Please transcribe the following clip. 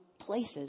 places